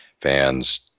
Fans